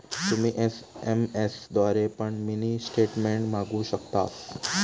तुम्ही एस.एम.एस द्वारे पण मिनी स्टेटमेंट मागवु शकतास